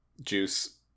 juice